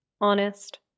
honest